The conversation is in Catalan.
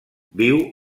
viu